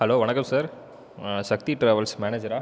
hello வணக்கம் sir Sakthi travels மேனேஜரா